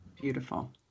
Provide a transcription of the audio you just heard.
Beautiful